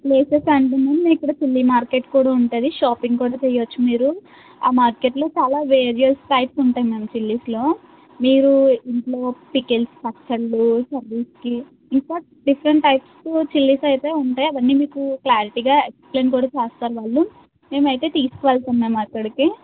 ప్లేసెసా అంటే మ్యామ్ మీకు ఇక్కడ చిల్లీ మార్కెట్ కూడా ఉంటుంది షాపింగ్ కూడా చేయవచ్చు మీరు ఆ మార్కెట్లో చాలా వేరియస్ టైప్స్ ఉంటాయి మ్యామ్ చిల్లీస్లో మీరు ఇంట్లో పికిల్స్ పచ్చళ్ళు కర్రీస్కి ఇంకా డిఫరెంట్ టైప్స్ చిల్లీస్ అయితే ఉంటాయి అవి మీకు క్లారిటీగా ఎక్స్ప్లెయిన్ కూడా చేస్తారు వాళ్ళు మేము అయితే తీసుకు వెళ్తాం మ్యామ్ అక్కడికి